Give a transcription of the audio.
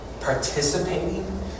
participating